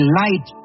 light